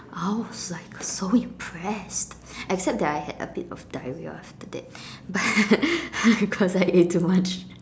I was like so impressed except that I had a bit of diarrhea after that but cause I ate too much